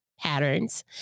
patterns